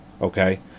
okay